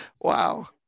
wow